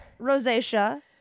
Rosacea